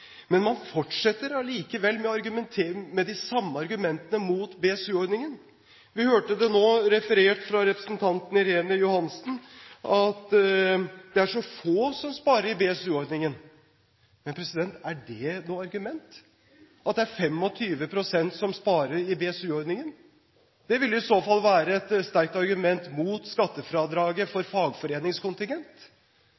Men man fortsetter allikevel med å argumentere med de samme argumentene mot BSU-ordningen. Vi hørte det nå referert fra representanten Irene Johansen at det er så få som sparer i BSU-ordningen. Men er det noe argument at det er 25 pst. som sparer i BSU-ordningen? Det ville jo i så fall være et sterkt argument mot skattefradraget for